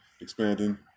expanding